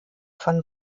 von